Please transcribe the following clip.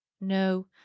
no